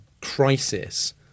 crisis